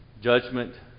Judgment